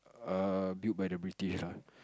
err built by the British lah